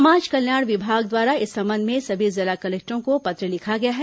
समाज कल्याण विभाग द्वारा इस संबंध में सभी जिला कलेक्टरों को पत्र लिखा गया है